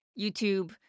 YouTube